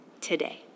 today